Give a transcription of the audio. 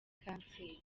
kanseri